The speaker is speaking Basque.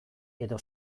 edo